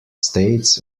states